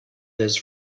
this